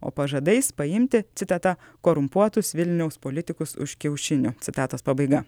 o pažadais paimti citata korumpuotus vilniaus politikus už kiaušinių citatos pabaiga